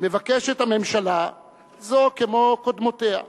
מבקשת ממשלה זו, כמו קודמותיה,